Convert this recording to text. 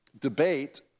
debate